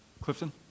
Clifton